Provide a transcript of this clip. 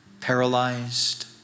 paralyzed